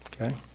okay